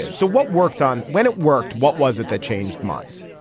so what worked on when it worked. what was it that changed minds.